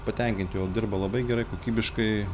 patenkinti o dirba labai gerai kokybiškai